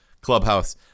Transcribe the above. clubhouse